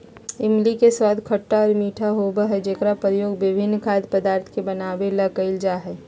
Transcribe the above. इमली के स्वाद खट्टा और मीठा होबा हई जेकरा प्रयोग विभिन्न खाद्य पदार्थ के बनावे ला कइल जाहई